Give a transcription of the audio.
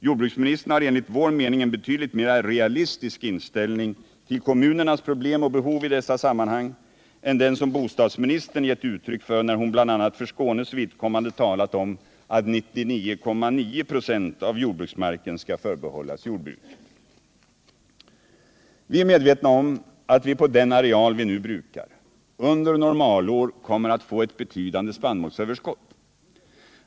Jordbruksministern har enligt vår mening en betydligt mer realistisk inställning till kommunernas problem och behov i dessa sammanhang än den som bostadsministern gett uttryck för när hon bl.a. för Skånes vidkommande talat om att 99,9 26 av jordbruksmarken skall förbehållas jordbruket. Vi är medvetna om att vi på den areal vi nu brukar under normalår kommer att få ett betydande spannmålsöverskott.